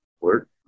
work